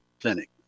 Clinic